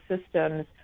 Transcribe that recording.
systems